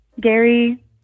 Gary